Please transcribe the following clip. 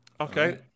okay